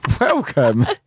Welcome